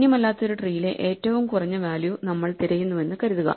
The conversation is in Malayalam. ശൂന്യമല്ലാത്ത ഒരു ട്രീയിലെ ഏറ്റവും കുറഞ്ഞ വാല്യൂ നമ്മൾ തിരയുന്നുവെന്ന് കരുതുക